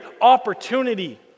opportunity